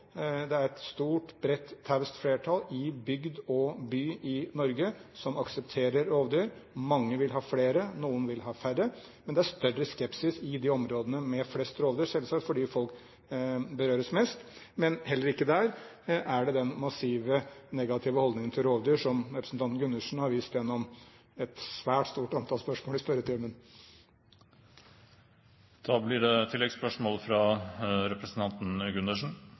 Det er et stort, bredt, taust flertall i bygd og by i Norge som aksepterer rovdyr. Mange vil ha flere. Noen vil ha færre. Men det er større skepsis i de områdene med flest rovdyr, selvsagt, fordi folk berøres mest. Men heller ikke der er det den massive negative holdningen til rovdyr som representanten Gundersen har vist gjennom et svært stort antall spørsmål i spørretimen. Vi får jo håpe at det